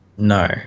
No